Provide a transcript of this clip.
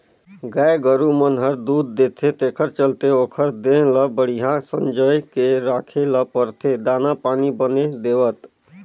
गाय गोरु मन हर दूद देथे तेखर चलते ओखर देह ल बड़िहा संजोए के राखे ल परथे दाना पानी बने देवत